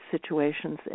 situations